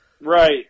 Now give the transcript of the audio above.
Right